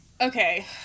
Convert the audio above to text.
Okay